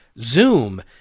Zoom